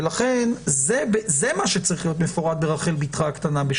זה מה שצריך להיות מפורט בסעיף 2 ברחל בתך הקטנה.